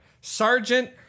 Sergeant